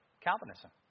Calvinism